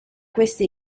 questi